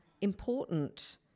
important